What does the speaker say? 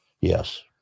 yes